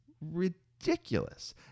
ridiculous